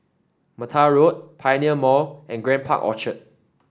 Mattar Road Pioneer Mall and Grand Park Orchard